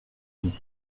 mais